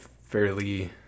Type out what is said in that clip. fairly